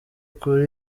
kuri